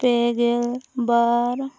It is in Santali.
ᱯᱮᱜᱮᱞ ᱵᱟᱨ